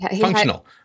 Functional